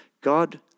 God